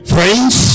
Friends